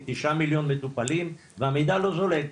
עם תשעה מיליון מטופלים והמידע לא זולג.